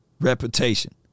reputation